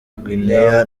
guinea